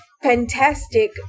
fantastic